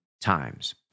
times